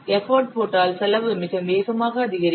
effort போட்டால் செலவு மிக வேகமாக அதிகரிக்கும்